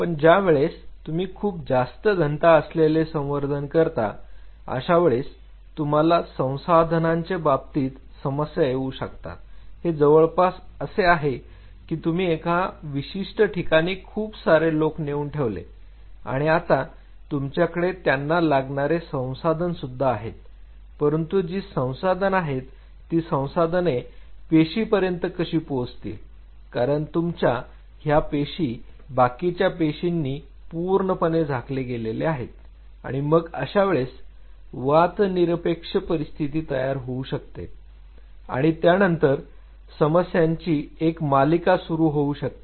पण ज्या वेळेस तुम्ही खूप जास्त घनता असलेले संवर्धन करता अशा वेळेस तुम्हाला संसाधनांचे बाबतीत समस्या येऊ शकते हे जवळपास असे आहे की तुम्ही एका विशिष्ट ठिकाणी खूप सारे लोक नेऊन ठेवले आणि आता तुमच्याकडे त्यांना लागणारे संसाधन सुद्धा आहेत परंतु जी संसाधन आहेत ती संसाधने पेशीपर्यंत कशी पोहोचतील कारण तुमच्या ह्या पेशी बाकीच्या पेशींनी पूर्णपणे झाकले गेले आहेत आणि मग अशा वेळेस वातनिरपेक्ष परिस्थिती तयार होऊ शकते आणि त्यानंतर समस्यांची एक मालिका सुरु होऊ शकते